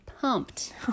pumped